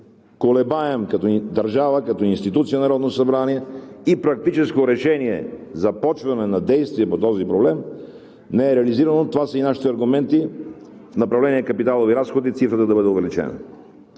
колебаем като държава, като институция Народно събрание и практическо решение за започване на действия по този проблем не е реализирано. Това са и нашите аргументи в направление „Капиталови разходи“ цифрата да бъде увеличена.